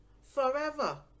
forever